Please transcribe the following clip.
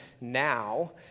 now